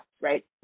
right